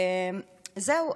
זהו.